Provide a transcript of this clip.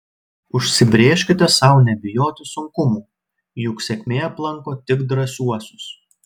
užsibrėžkite sau nebijoti sunkumų juk sėkmė aplanko tik drąsiuosius